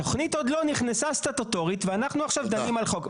התוכנית עוד לא נכנסה סטטוטורית ואנחנו עכשיו דנים על חוק.